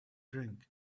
drink